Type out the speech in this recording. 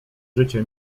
życie